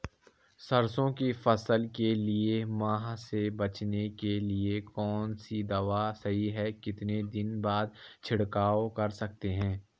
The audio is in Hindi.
सरसों की फसल के लिए माह से बचने के लिए कौन सी दवा सही है कितने दिन बाद छिड़काव कर सकते हैं?